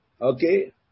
Okay